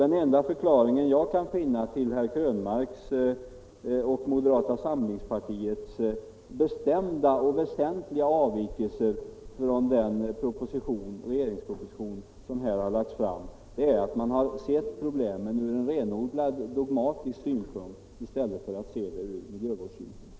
Den enda förklaring jag kan finna till herr Krönmarks och moderata samlingspartiets bestämda och väsentliga avvikelser från den proposition som lagts fram är att man har sett problemen från renodlat dogmatisk synpunkt och inte från miljövårdssynpunkt.